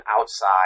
outside